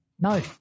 No